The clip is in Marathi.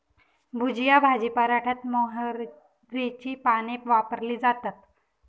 भुजिया भाजी पराठ्यात मोहरीची पाने वापरली जातात